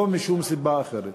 לא משום סיבה אחרת.